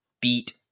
beat